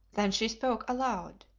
then she spoke aloud,